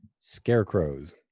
scarecrows